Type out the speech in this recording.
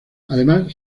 además